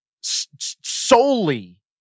solely